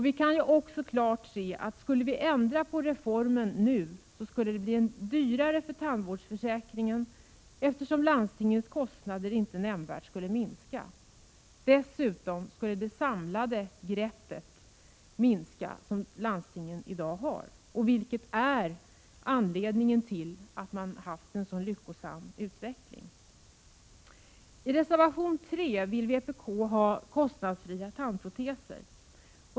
Vi kan också klart se att om vi skulle ändra reformen nu, skulle det bli dyrare för tandvårdsförsäkringen, eftersom landstingens kostnader inte nämnvärt skulle minska. Dessutom skulle det samlade grepp som landstingen i dag har minska, det samlade grepp som är anledningen till den lyckosamma utvecklingen. I reservation 3 yrkar vpk på kostnadsfria tandproteser.